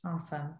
awesome